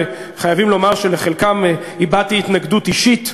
וחייבים לומר שלחלקם הבעתי התנגדות אישית,